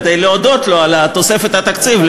כדי להודות לו על תוספת התקציב,